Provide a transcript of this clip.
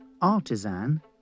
artisan